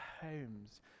homes